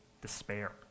despair